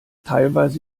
teilweise